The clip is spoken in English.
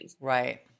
Right